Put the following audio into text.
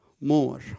More